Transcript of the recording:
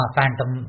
Phantom